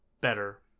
better